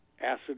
acid